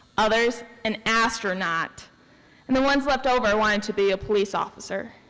others, an astronaut and the ones left over wanted to be a police officer